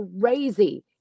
crazy